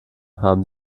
haben